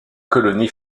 colonie